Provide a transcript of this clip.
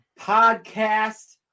podcast